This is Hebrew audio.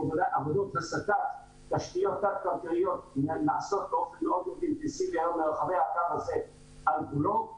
תשתיות תת-קרקעיות נעשות באופן אינטנסיבי ברחבי הקו הזה כולו.